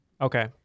Okay